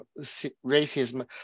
racism